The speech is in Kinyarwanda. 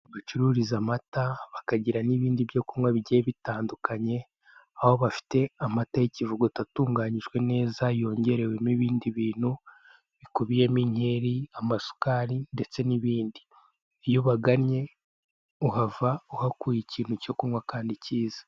Bacururiza amata bakagira n'ibindi byo kunywa bigiye bitandukanye, aho bafite amata y'ikivuguto atunganyijwe neza yongerewemo ibindi bintu, bikubiyemo inkeri, amasukari ndeste n'ibindi. Iyo ubagannye uhava uhakuye ikintu cyo kunywa kandi cyiza.